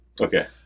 Okay